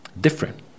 different